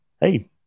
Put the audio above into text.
hey